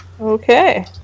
Okay